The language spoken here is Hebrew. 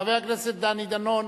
חבר הכנסת דני דנון,